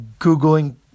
Googling